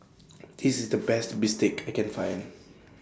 This IS The Best Bistake I Can Find